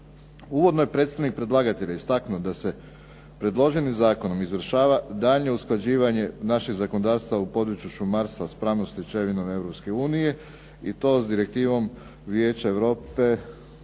Uvodno je predstavnik predlagatelja istaknuo da se predloženim zakonom izvršava daljnje usklađivanje našeg zakonodavstva u području šumarstva s pravnom stečevinom Europske unije i to s Direktivom Vijeća Europe